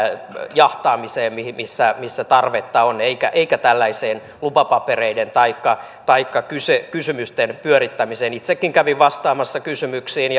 jahtaamiseen missä missä tarvetta on eikä eikä tällaiseen lupapapereiden taikka taikka kysymysten pyörittämiseen itsekin kävin vastaamassa kysymyksiin